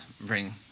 bring